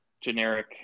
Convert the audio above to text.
generic